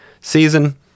season